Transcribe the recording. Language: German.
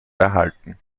erhalten